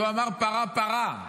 הוא אמר: פרה-פרה,